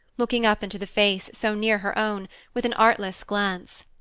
looking up into the face so near her own, with an artless glance.